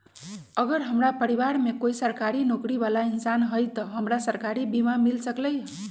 अगर हमरा परिवार में कोई सरकारी नौकरी बाला इंसान हई त हमरा सरकारी बीमा मिल सकलई ह?